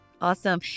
Awesome